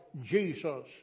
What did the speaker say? Jesus